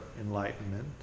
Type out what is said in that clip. enlightenment